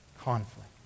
conflict